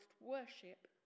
worship